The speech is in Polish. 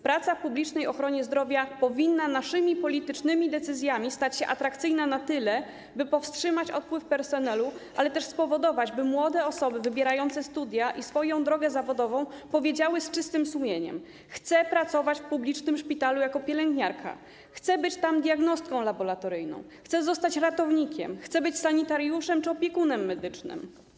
Praca w publicznej ochronie zdrowia powinna dzięki naszym politycznym decyzjom stać się na tyle atrakcyjna, aby powstrzymać odpływ personelu, ale też spowodować, aby młode osoby wybierające studia i swoją drogę zawodową powiedziały z czystym sumieniem: chcę pracować w publicznym szpitalu jako pielęgniarka, chcę być tam diagnostką laboratoryjną, chcę zostać ratownikiem, chcę być sanitariuszem czy opiekunem medycznym.